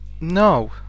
no